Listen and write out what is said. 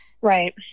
Right